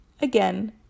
Again